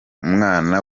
umwana